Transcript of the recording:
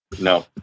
No